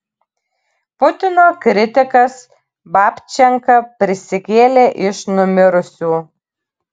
putino kritikas babčenka prisikėlė iš numirusių